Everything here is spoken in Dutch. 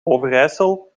overijssel